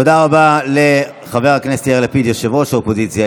תודה רבה לחבר הכנסת יאיר לפיד, ראש האופוזיציה.